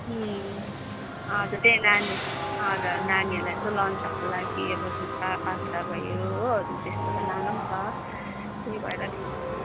हजुर त्यही नानी हजुर नानीहरूलाई यसो लन्चहरूको लागि अब थुक्पा पास्ता भयो हो त्यस्तोहरू लानु पनि छ त्यही भएर